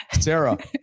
Sarah